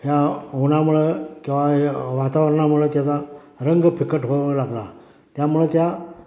या उन्हामुळं किंवा य वातावरणामुळं त्याचा रंग फिकट होऊ लागला त्यामुळं त्या